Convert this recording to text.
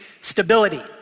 stability